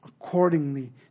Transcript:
accordingly